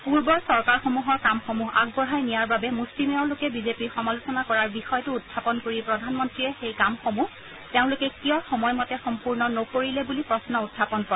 পূৰ্বৰ চৰকাৰসমূহৰ কামসমূহ আগবঢ়াই নিয়াৰ বাবে মুষ্টিমেয় লোকে বিজেপিৰ সমালোচনা কৰাৰ বিষয়টো উখাপন কৰি প্ৰধানমন্ত্ৰীয়ে সেই কামসমূহ তেওঁলোকে কিয় সময়মতে সম্পূৰ্ণ নকৰিলে বুলি প্ৰশ্ন উখাপন কৰে